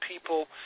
people